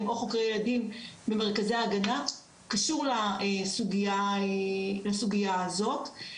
או חוקרי ילדים במרכזי ההגנה קשור לסוגיה הזו.